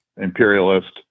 imperialist